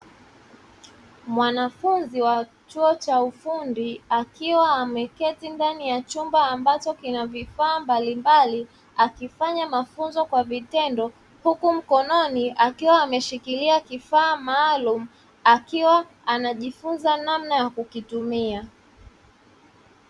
Mwanafunzi wa chuo cha ufundi akiwa ameketi ndani ya chumba ambacho kina vifaa mbalimbali akifanya mafunzo kwa vitendo, huku mkononi akiwa ameshikilia kifaa maalumu akiwa anajifunza namna ya kukitumia.